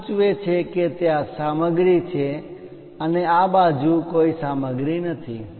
આ સૂચવે છે કે ત્યાં સામગ્રી છે અને આ બાજુ કોઈ સામગ્રી નથી